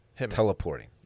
teleporting